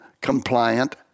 compliant